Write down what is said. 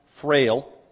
frail